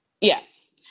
Yes